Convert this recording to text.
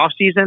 offseason